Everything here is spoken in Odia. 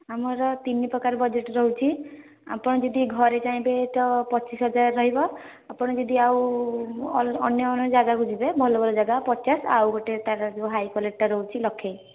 ଆମର ତିନି ପ୍ରକାର ବଜେଟ୍ ରହୁଛି ଆପଣ ଯଦି ଘରେ ଚାହିଁବେ ତ ପଚିଶ ହଜାର ରହିବ ଆପଣ ଯଦି ଆଉ ଅନ୍ୟ ଅନ୍ୟ ଯାଗାକୁ ଯିବେ ଭଲ ଭଲ ଯାଗା ପଚାଶ ଆଉ ଗୋଟେ ତା'ର ଯେଉଁ ହାଇ କ୍ୱାଲିଟିଟା ରହୁଛି ଲକ୍ଷେ